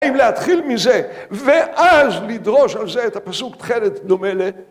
אם להתחיל מזה, ואז לדרוש על זה את הפסוק תכלת דומה ל...